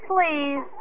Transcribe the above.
Please